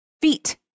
feet